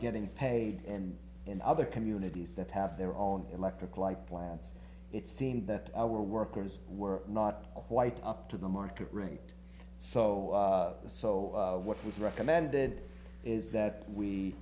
getting paid and in other communities that have their own electric light plants it seemed that our workers were not quite up to the market rate so so what was recommended is that we